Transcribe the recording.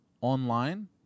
online